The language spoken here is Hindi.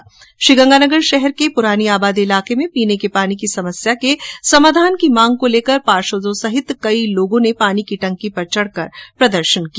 ्रीगंगानगर शहर के पुरानी आबादी इलाके में पीने के पानी की समस्या के समाधान की मांग को लेकर पार्षदों सहित कई लोगों ने पानी की टंकी पर चढ़ कर प्रदर्शन किया